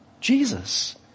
Jesus